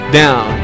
down